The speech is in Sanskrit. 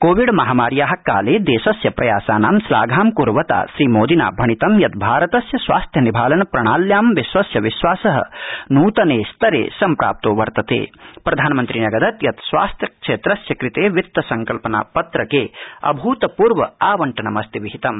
कोविड महामार्या कालदिशस्य प्रयासानां श्लाघां कुर्वता श्रीमोदिना भणितं यत् भारतस्य स्वास्थ्य निभालन प्रणाल्यां विश्वस्य विश्वासः नूतन स्तर सम्प्राप्तो वर्तत विधानमंत्री न्यगदत् यत् स्वास्थ्य क्षम्रस्थिय कृत वित्त सङ्कल्पना पत्रक अभूतपूर्व आवंटनमस्ति विहितम्